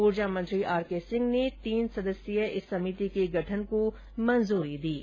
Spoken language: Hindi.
ऊर्जा मंत्री आर के सिंह ने तीन सदस्यीय समिति के गठन को मंजूरी दे दी है